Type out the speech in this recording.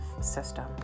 system